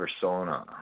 persona